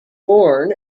born